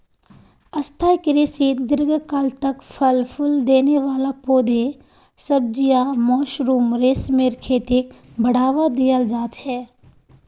स्थाई कृषित दीर्घकाल तक फल फूल देने वाला पौधे, सब्जियां, मशरूम, रेशमेर खेतीक बढ़ावा दियाल जा छे